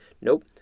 nope